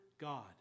God